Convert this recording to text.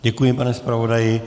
Děkuji, pane zpravodaji.